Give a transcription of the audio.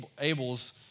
Abel's